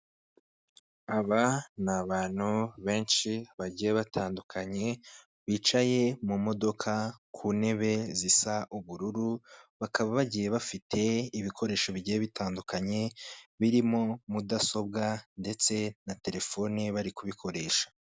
Aba n'abantu benshi bagiye batandukanye bicaye mumodoka kuntebe zisa ubururu bakaba bagiye bafite ibikoresho bigiye bitandukanye birimo mudasobwa ndetse na Telefone bari kubikoresha.